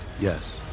yes